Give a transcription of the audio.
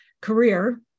career